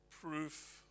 proof